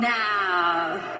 now